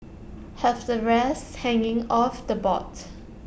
have the rest hanging off the board